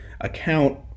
account